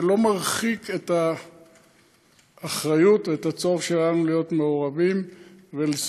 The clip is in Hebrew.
זה לא מרחיק את האחריות ואת הצורך שלנו להיות מעורבים ולסייע.